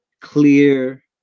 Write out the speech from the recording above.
clear